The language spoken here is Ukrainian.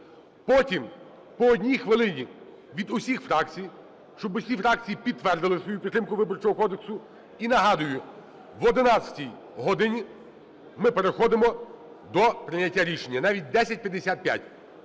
Потім по 1 хвилині – від усіх фракцій, щоб усі фракції підтримали свою підтримку Виборчого кодексу. І нагадую, в 11 годині ми переходимо до прийняття рішення, навіть о 10:55.